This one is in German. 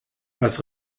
was